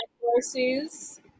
courses